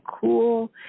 cool